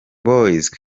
boys